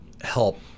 help